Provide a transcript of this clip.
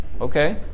okay